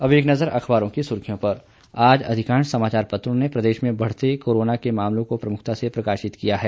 अब एक नज़र अखबारों की सुर्खियों पर आज अधिकांश समाचार पत्रों ने प्रदेश में बढ़ते कोरोना के मामलों को प्रमुखता से प्रकाशित किया है